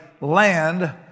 land